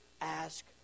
ask